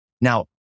Now